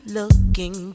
looking